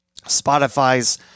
Spotify's